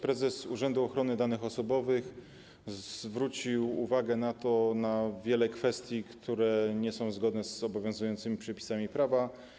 Prezes Urzędu Ochrony Danych Osobowych zwrócił uwagę na wiele kwestii, które nie są zgodne z obowiązującymi przepisami prawa.